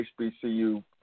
HBCU